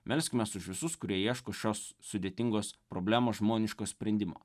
melskimės už visus kurie ieško šios sudėtingos problemos žmoniško sprendimo